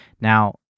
Now